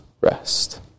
rest